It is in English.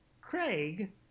craig